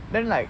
then like